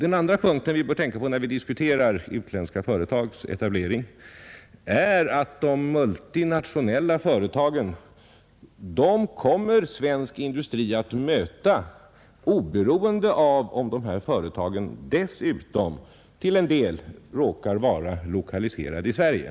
En annan sak som vi bör tänka på när vi diskuterar utländska företags etablering i Sverige är att svensk industri kommer att möta de multinationella företagen, oavsett om dessa företag till en viss del råkar vara lokaliserade i Sverige.